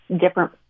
different